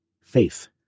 faith